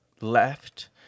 left